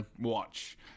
watch